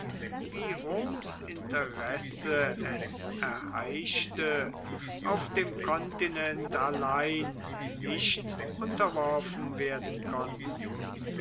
wie roms interesse es erheischte auf dem kontinent allein nicht unterworfen werden konnten